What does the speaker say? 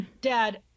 Dad